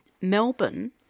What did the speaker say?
Melbourne